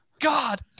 god